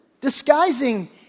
disguising